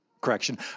correction